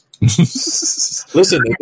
Listen